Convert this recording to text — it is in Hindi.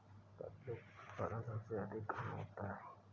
कद्दू का उत्पादन सबसे अधिक कहाँ होता है?